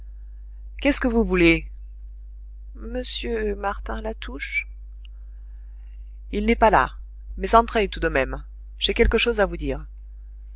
qu'est-ce que vous voulez m martin latouche il n'est pas là mais entrez tout de même j'ai quelque chose à vous dire